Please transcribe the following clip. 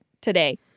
today